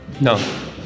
No